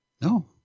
no